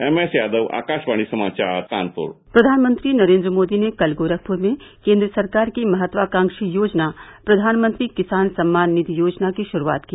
M S Yadav Akashvani समाचार कानपुर प्रधानमंत्री नरेन्द्र मोदी ने कल गोरखपुर में केन्द्र सरकार की महत्वाकांक्षी योजना प्रधानमंत्री किसान सम्मान निधि योजना की श्रूआत की